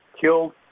killed